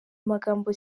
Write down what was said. magambo